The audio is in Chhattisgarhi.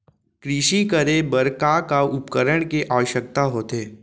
कृषि करे बर का का उपकरण के आवश्यकता होथे?